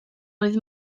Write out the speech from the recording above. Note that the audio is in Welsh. oedd